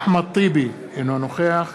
אחמד טיבי, אינו נוכח